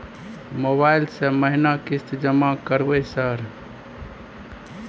Mobile से महीना किस्त जमा करबै सर?